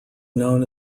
known